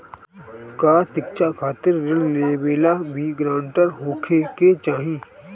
का शिक्षा खातिर ऋण लेवेला भी ग्रानटर होखे के चाही?